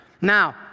now